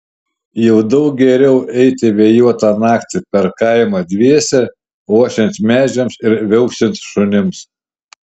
jau daug geriau eiti vėjuotą naktį per kaimą dviese ošiant medžiams ir viauksint šunims